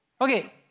Okay